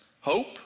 Hope